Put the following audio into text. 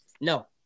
No